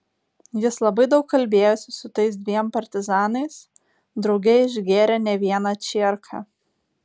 jis labai daug kalbėjosi su tais dviem partizanais drauge išgėrė ne vieną čierką